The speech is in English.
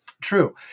True